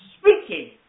speaking